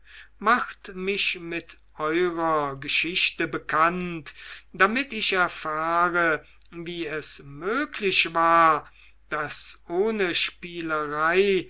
macht mich mit eurer geschichte bekannt damit ich erfahre wie es möglich war daß ohne spielerei